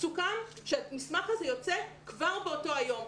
סוכם שהמסמך הזה יוצא כבר באותו יום.